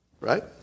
Right